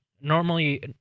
Normally